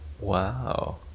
Wow